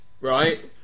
right